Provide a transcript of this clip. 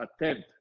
attempt